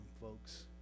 folks